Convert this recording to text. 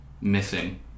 missing